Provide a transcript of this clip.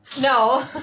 No